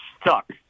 stuck